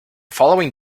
following